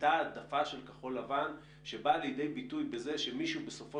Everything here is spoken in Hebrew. הייתה העדפה של כחול לבן שבאה לידי ביטוי בזה שספק